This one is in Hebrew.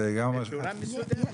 בצורה מסודרת.